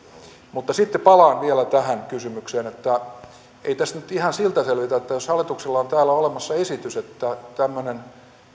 mutta sitten palaan vielä tähän kysymykseen ei tästä nyt ihan sillä selvitä jos hallituksella on täällä olemassa esitys tämmöinen